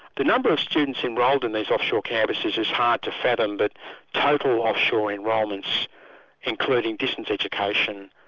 the number of students enrolled in these offshore campuses is hard to fathom, but total offshore enrolments including distance education,